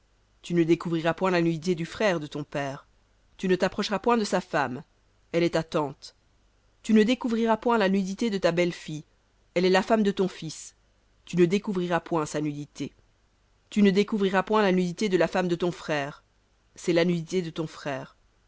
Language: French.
tu ne découvriras point la nudité du frère de ton père tu ne t'approcheras point de sa femme elle est ta tante tu ne découvriras point la nudité de ta belle-fille elle est la femme de ton fils tu ne découvriras point sa nudité tu ne découvriras point la nudité de la femme de ton frère c'est la nudité de ton frère